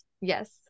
Yes